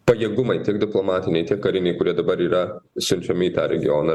pajėgumai tiek diplomatiniai tiek kariniai kurie dabar yra siunčiami į tą regioną